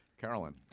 Carolyn